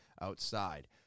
outside